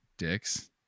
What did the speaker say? dicks